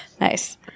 nice